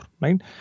right